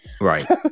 right